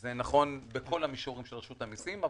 וזה נכון בכל המישורים של רשות המיסים,